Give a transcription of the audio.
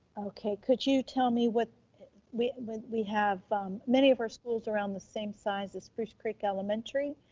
okay, could you tell me what we what we have many of our schools around the same size as spruce creek elementary.